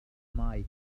مايك